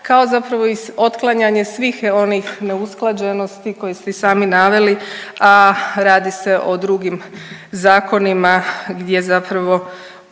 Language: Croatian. kao zapravo i otklanjanje svih onih neusklađenosti koje ste i sami naveli, a radi se o drugim zakonima gdje zapravo